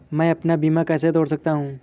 मैं अपना बीमा कैसे तोड़ सकता हूँ?